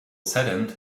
saddened